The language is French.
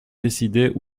décidées